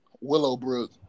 Willowbrook